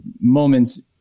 moments